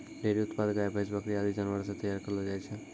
dairy उत्पाद गाय, भैंस, बकरी आदि जानवर सें तैयार करलो जाय छै